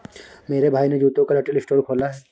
मेरे भाई ने जूतों का रिटेल स्टोर खोला है